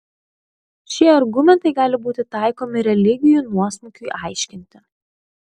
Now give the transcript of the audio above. šie argumentai gali būti taikomi religijų nuosmukiui aiškinti